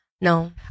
No